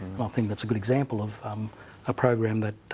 but think that's a good example of a program that